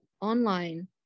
online